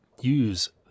use